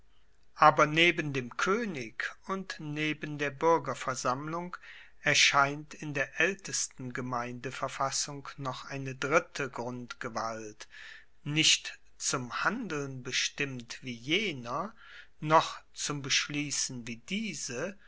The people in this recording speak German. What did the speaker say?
aber neben dem koenig und neben der buergerversammlung erscheint in der aeltesten gemeindeverfassung noch eine dritte grundgewalt nicht zum handeln bestimmt wie jener noch zum beschliessen wie diese